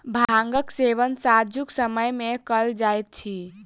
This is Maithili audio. भांगक सेवन सांझुक समय मे कयल जाइत अछि